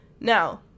Now